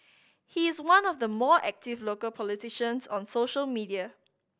he is one of the more active local politicians on social media